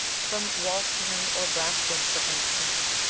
from walsingham or brampton, for instance,